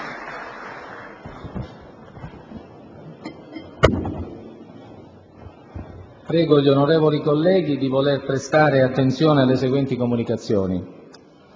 Prego gli onorevoli colleghi di voler prestare attenzione alle seguenti comunicazioni.